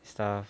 stuff